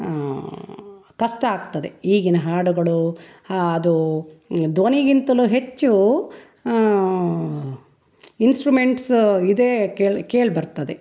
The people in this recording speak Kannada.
ಕಷ್ಟ ಆಗ್ತದೆ ಈಗಿನ ಹಾಡುಗಳು ಅದು ಧ್ವನಿಗಿಂತಲೂ ಹೆಚ್ಚು ಇನ್ಸ್ಟ್ರುಮೆಂಟ್ಸ್ ಇದೆ ಕೇಳಿ ಕೇಳಿಬರ್ತದೆ